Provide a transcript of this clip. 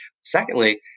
Secondly